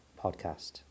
podcast